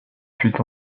fut